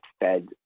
Fed